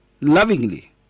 lovingly